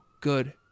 good